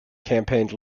campaigned